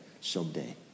someday